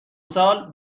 سال